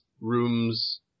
rooms